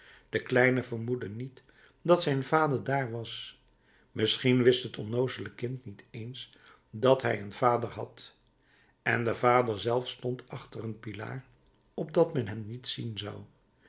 de kleine vermoedde niet dat zijn vader daar was misschien wist het onnoozele kind niet eens dat hij een vader had en de vader zelf stond achter een pilaar opdat men hem niet zien zou